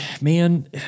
man